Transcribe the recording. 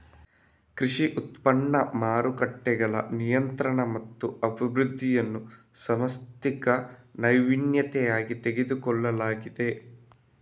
ಕೃಷಿ ಉತ್ಪನ್ನ ಮಾರುಕಟ್ಟೆಗಳ ನಿಯಂತ್ರಣ ಮತ್ತು ಅಭಿವೃದ್ಧಿಯನ್ನು ಸಾಂಸ್ಥಿಕ ನಾವೀನ್ಯತೆಯಾಗಿ ತೆಗೆದುಕೊಳ್ಳಲಾಗಿದೆ